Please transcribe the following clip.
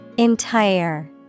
Entire